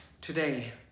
today